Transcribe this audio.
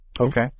Okay